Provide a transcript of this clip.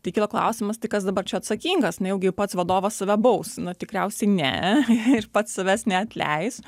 tai kilo klausimas tai kas dabar čia atsakingas nejaugi pats vadovas save baus na tikriausiai ne ir pats savęs neatleis